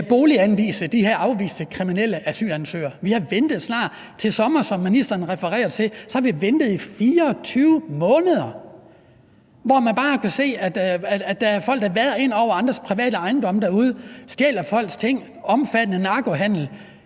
bolighenvise de her afviste, kriminelle asylansøgere. Til sommer, som ministeren refererer til, har vi ventet i 24 måneder, hvor man bare kan se, at der er folk, der vader ind på folks private ejendomme derude og stjæler folks ting, og hvor der er omfattende narkohandel,